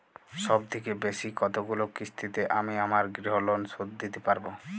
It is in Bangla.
সবথেকে বেশী কতগুলো কিস্তিতে আমি আমার গৃহলোন শোধ দিতে পারব?